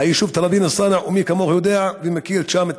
היישוב תראבין-א-סאנע, ומי כמוך יודע ומכיר שם.